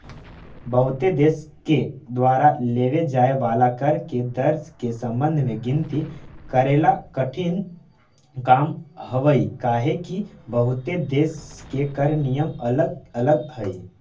बहुते देश के द्वारा लेव जाए वाला कर के दर के संबंध में गिनती करेला कठिन काम हावहई काहेकि बहुते देश के कर नियम अलग अलग हई